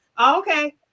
Okay